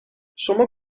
شما